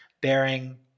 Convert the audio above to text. bearing